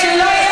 לא נכון.